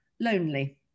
lonely